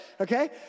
okay